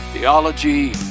Theology